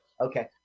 Okay